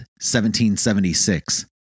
1776